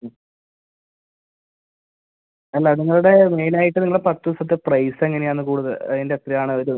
അല്ല നിങ്ങളുടെ മെയിനായിട്ട് നിങ്ങളെ പത്ത് ദിവസത്തെ പ്രൈസ് എങ്ങനെയാണ് കൂടുതൽ അതിൻ്റെ എത്ര ആണ് ഒരു